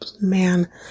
man